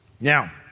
Now